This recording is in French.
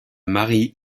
marie